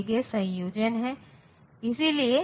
तो यह 48 है 32 प्लस 16 48 है